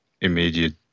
immediate